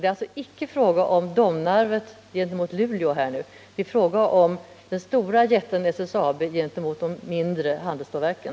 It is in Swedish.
Det är alltså icke fråga om Domnarvet kontra Luleå utan det är fråga om den stora jätten SSAB gentemot de mindre handelsstålverken.